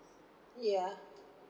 ya